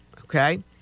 Okay